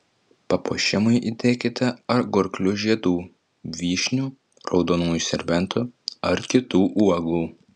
papuošimui įdėkite agurklių žiedų vyšnių raudonųjų serbentų ar kitų uogų